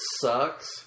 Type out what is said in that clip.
sucks